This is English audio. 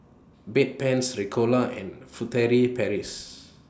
Bedpans Ricola and Furtere Paris